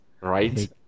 right